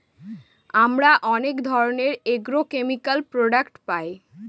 আমরা অনেক ধরনের এগ্রোকেমিকাল প্রডাক্ট পায়